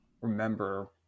remember